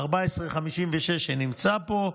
שנמצא פה,